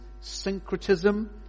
syncretism